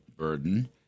burden